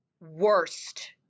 worst